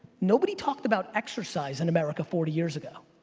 nobody talked about exercise in america forty years ago.